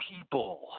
people